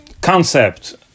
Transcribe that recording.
concept